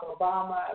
Obama